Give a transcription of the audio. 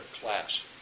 class